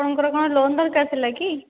ଆପଣଙ୍କର କ'ଣ ଲୋନ ଦରକାର ଥିଲା କି